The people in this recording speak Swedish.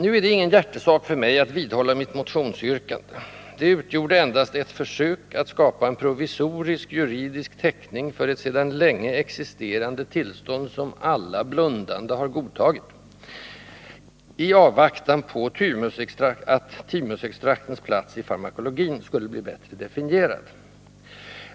Nu är det ingen hjärtesak för mig att vidhålla mitt motionsyrkande — det utgjorde endast ett försök att skapa en provisorisk juridisk täckning för ett sedan länge existerande tillstånd, som alla blundande har godtagit, i avvaktan på att thymusextraktens plats i farmakologin skulle bli bättre definierad.